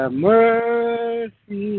mercy